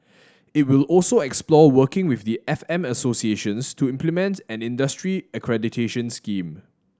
it will also explore working with the F M associations to implement and industry accreditation scheme